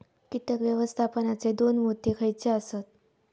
कीटक व्यवस्थापनाचे दोन मुद्दे खयचे आसत?